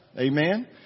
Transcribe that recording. Amen